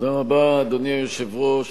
אדוני היושב-ראש,